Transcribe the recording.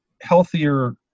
healthier